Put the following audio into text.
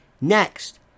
Next